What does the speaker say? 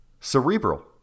Cerebral